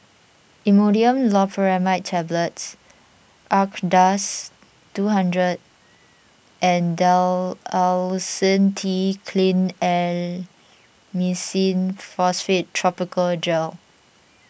Imodium Loperamide Tablets Acardust two hundred and Dalacin T Clindamycin Phosphate Topical Gel